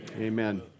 Amen